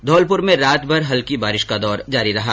धौलपूर में रातभर हल्की बारिश का दौर जारी रहा